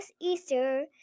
Easter